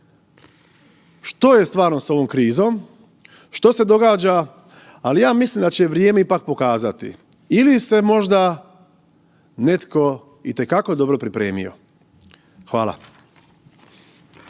što je stvarno s ovom krizom, što se događa, ali ja mislim da će vrijeme ipak pokazati ili se možda netko itekako dobro pripremio. Hvala.